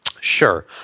Sure